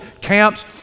camps